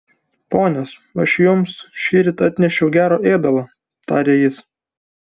ponios aš jums šįryt atnešiau gero ėdalo tarė jis